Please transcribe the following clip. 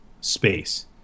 space